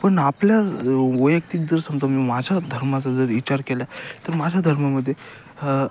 पण आपल्या वैयक्तिक जर समजा मी माझ्या धर्माचा जर विचार केला तर माझ्या धर्मा मध्ये